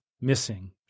missing